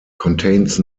contains